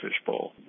fishbowl